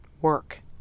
work